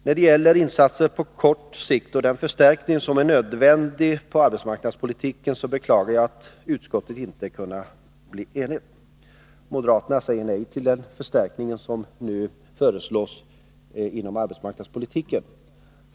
När det gäller insatser på kort sikt och den förstärkning som är nödvändig inom arbetsmarknadspolitiken beklagar jag att utskottet inte har kunnat bli enigt. Moderaterna säger nej till den förstärkning som nu föreslås inom arbetsmarknadspolitiken.